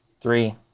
Three